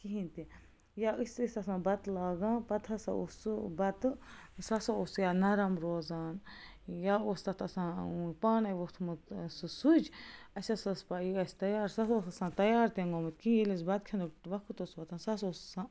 کِہیٖنۍ تہِ یا أسۍ ٲسۍ آسان بتہِ لاگان پتہٕ ہَسا اوس سُہ بتہٕ سُہ ہسا اوس یا نَرم روزان یا اوس تَتھ آسان پانے ووتھمُت سُہ سُچ اَسہ ہَسا ٲسۍ پاے یہِ گَژھہِ تیار سُہ ہَسا اوس آسان تَیار تہ گوٚمُت کِہیٖنۍ ییٚلہِ أسۍ بتہٕ کھٮ۪نُک وقت اوس واتان سُہ ہسا اوس آسان